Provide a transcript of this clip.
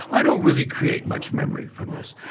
i don't really create much memory from this.